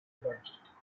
budget